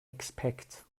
expect